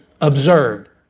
observed